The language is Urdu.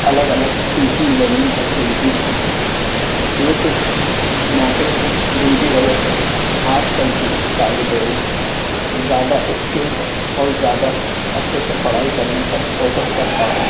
الگ الگ ٹیچنگ لرننگ ایکٹیوٹیز ہیں یہ کچھ موقعے ہیں جن کی وجہ سے آج کل کے طالب علم زیادہ اسکلڈ اور زیادہ اچھے سے پڑھائی کرنے پر فوکس کر پاتے ہیں